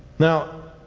now,